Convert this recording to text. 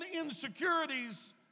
insecurities